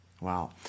Wow